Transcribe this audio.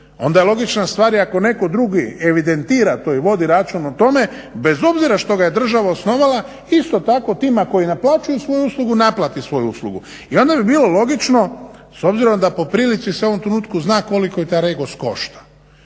Onda je logična stvar i ako neko drugi evidentira to i vodi račun o tome, bez obzira što ga je država osnovala isto tako tima koji naplaćuju svoju uslugu naplati svoju uslugu. I onda bi bilo logično, s obzirom da po prilici se u ovom trenutku zna koliko taj REGOS košta,